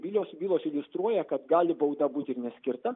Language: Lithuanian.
bylos bylos iliustruoja kad gali bauda būti ir neskirta